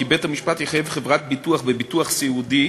בית-המשפט יחייב חברת ביטוח בביטוח סיעודי